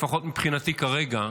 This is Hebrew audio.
לפחות מבחינתי כרגע.